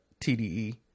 TDE